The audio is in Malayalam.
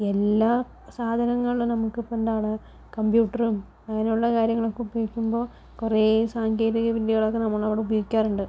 എല്ലാ സാധനങ്ങളിലും നമുക്കിപ്പോൾ എന്താണ് കമ്പ്യൂട്ടറും അങ്ങനെയുള്ള കാര്യങ്ങളൊക്കെ ഉപയോഗിക്കുമ്പോൾ കുറേ സാങ്കേതികവിദ്യകളൊക്കെ നമ്മളവിടെ ഉപയോഗിക്കാറുണ്ട്